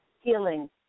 healing